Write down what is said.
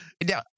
Now